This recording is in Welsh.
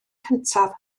cyntaf